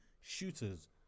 shooters